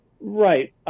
Right